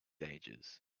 ages